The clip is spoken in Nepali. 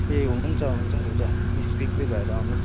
ए हुन्छ हुन्छ हुन्छ निस्फिक्री भएर आउनुहोस्